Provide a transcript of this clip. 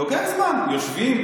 זה לוקח זמן, יושבים.